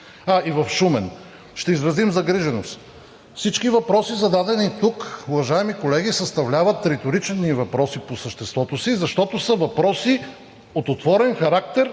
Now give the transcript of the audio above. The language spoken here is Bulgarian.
а и в Шумен – ще изразим загриженост. Всички въпроси, зададени тук, уважаеми колеги, съставляват риторични въпроси по съществото си, защото са въпроси от отворен характер,